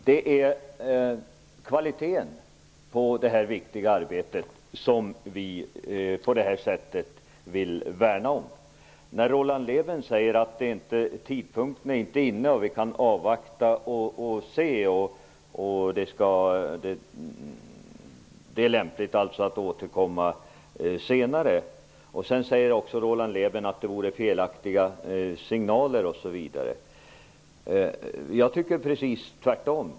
Det är kvaliteten på det här viktiga arbetet som vi på det här sättet vill värna om. Roland Lében säger att tidpunkten inte är inne, att vi kan avvakta och se och att det är lämpligt att återkomma senare. Sedan säger Roland Lében också att det vore felaktiga signaler. Jag tycker precis tvärtom.